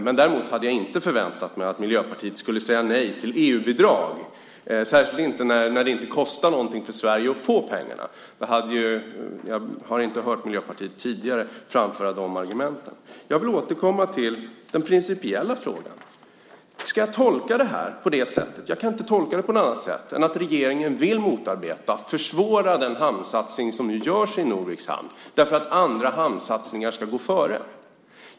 Men däremot hade jag inte förväntat mig att Miljöpartiet skulle säga nej till EU-bidrag, särskilt inte när det inte kostar någonting för Sverige att få pengarna. Jag har inte hört Miljöpartiet tidigare framföra de argumenten. Jag vill återkomma till den principiella frågan. Ska jag tolka det här på det sättet - jag kan inte tolka det på något annat sätt - att regeringen vill motarbeta och försvåra den hamnsatsning som nu görs i Norviks hamn för att andra hamnsatsningar ska gå före?